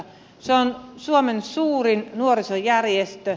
se on suomen suurin nuorisojärjestö